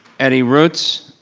eddie ruts.